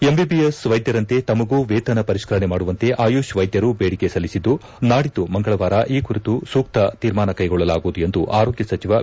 MBBS ವೈದ್ಯರಂತೆ ತಮಗೂ ವೇತನ ಪರಿಷ್ಕರಣೆ ಮಾಡುವಂತೆ ಆಯುಷ್ ವೈದ್ಯರು ಬೇಡಿಕೆ ಸಲ್ಲಿಸಿದ್ದು ನಾಡಿದ್ದು ಮಂಗಳವಾರ ಈ ಕುರಿತು ಸೂಕ್ತ ತೀರ್ಮಾನ ಕೈಗೊಳ್ಳಲಾಗುವುದು ಎಂದು ಆರೋಗ್ಯ ಸಚಿವ ಬಿ